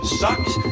sucks